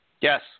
Yes